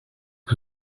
que